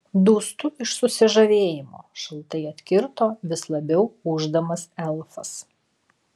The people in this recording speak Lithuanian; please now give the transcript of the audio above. dūstu iš susižavėjimo šaltai atkirto vis labiau ūždamas elfas